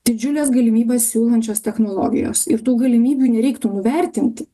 didžiules galimybes siūlančios technologijos ir tų galimybių nereiktų nuvertinti